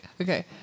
Okay